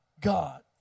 God